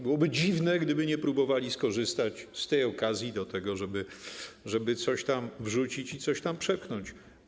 Byłoby dziwne, gdyby nie próbowali skorzystać z okazji do tego, żeby coś tam wrzucić i coś tam przepchnąć.